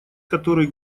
который